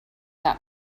that